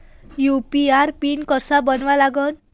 UPI PIN कसा बनवा लागते?